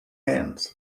hands